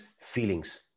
feelings